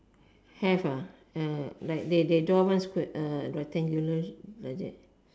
have like they draw one rectangular like that